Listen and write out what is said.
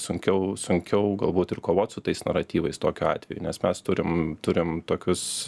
sunkiau sunkiau galbūt ir kovot su tais naratyvais tokiu atveju nes mes turim turim tokius